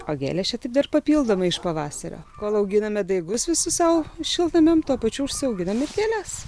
o gėlės čia tik dar papildomai iš pavasario kol auginame daigus visus sau šiltnamiam tuo pačiu užsiauginam ir gėles